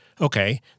Okay